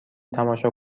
تماشا